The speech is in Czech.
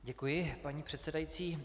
Děkuji, paní předsedající.